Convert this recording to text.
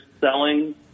selling